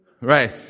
right